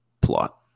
plot